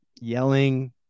yelling